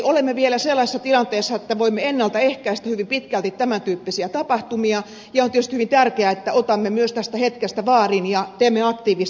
olemme vielä sellaisessa tilanteessa että voimme ennalta ehkäistä hyvin pitkälti tämän tyyppisiä tapahtumia ja on tietysti hyvin tärkeää että otamme myös tästä hetkestä vaarin ja teemme aktiivista työtä